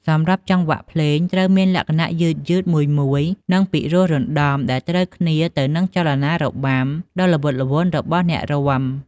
សម្រាប់ចង្វាក់ភ្លេងត្រូវមានលក្ខណៈយឺតៗ មួយៗ និងពីរោះរណ្តំ ដែលត្រូវគ្នាទៅនឹងចលនារបាំដ៏ល្វត់ល្វន់របស់អ្នករាំ។